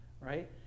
right